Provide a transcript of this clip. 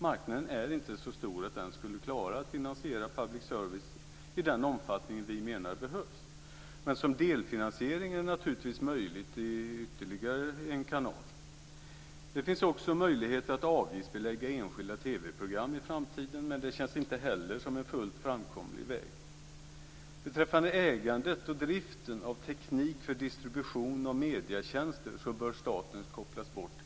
Marknaden är inte så stor att den skulle klara att finansiera public service i den omfattning vi menar behövs, men som delfinansiering är det naturligtvis möjligt i ytterligare en kanal. Det finns också möjligheter att avgiftsbelägga enskilda TV program i framtiden, men det känns inte heller som en fullt framkomlig väg. Beträffande ägandet och driften av teknik för distribution av medietjänster bör staten kopplas bort.